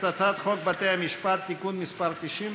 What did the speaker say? משפחה,